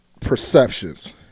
perceptions